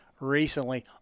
recently